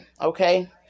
okay